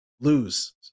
lose